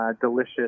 delicious